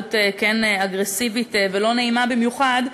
התנהלות כן אגרסיבית ולא נעימה במיוחד,